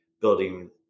building